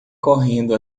correndo